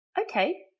okay